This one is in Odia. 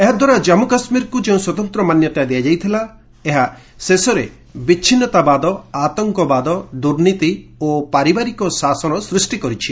ଏହାଦ୍ୱାରା ଜନ୍ମୁ କାଶ୍ମୀରକୁ ଯେଉଁ ସ୍ୱତନ୍ତ ମାନ୍ୟତା ଦିଆଯାଇଥିଲା ଏହା ଶେଷରେ ବିଚ୍ଛିନ୍ନତାବାଦ ଆତଙ୍କବାଦ ଦୁର୍ନୀତି ଓ ପାରିବାରିକ ଶାସନ ସୃଷ୍ଟି କରିଛି